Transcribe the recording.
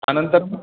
अनन्तरम्